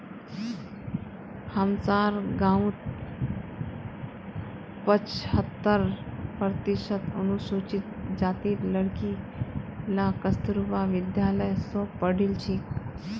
हमसार गांउत पछहत्तर प्रतिशत अनुसूचित जातीर लड़कि ला कस्तूरबा विद्यालय स पढ़ील छेक